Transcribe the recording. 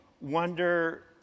wonder